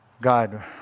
God